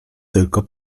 tylko